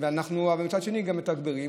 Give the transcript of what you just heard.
אבל מצד שני גם מתגברים,